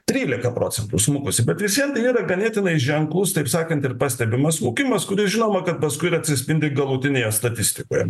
trylika procentų smukusi bet visvien tai yra ganėtinai ženklus taip sakant ir pastebimas smukimas kuris žinoma kad paskui atsispindi galutinėje statistikoje